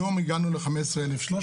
היום הגענו ל-15,300.